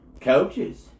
Coaches